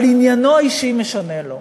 אבל עניינו האישי משנה לו.